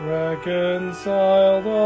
reconciled